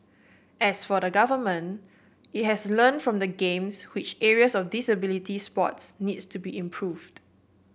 as for the Government it has learn from the Games which areas of disability sports needs to be improved